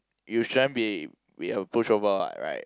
you shouldn't be be a pushover what right